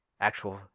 actual